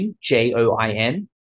J-O-I-N